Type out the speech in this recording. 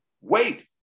wait